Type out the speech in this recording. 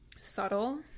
subtle